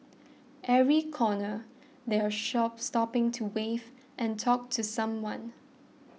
every corner they are shop stopping to wave and talk to someone